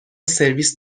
سرویس